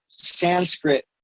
sanskrit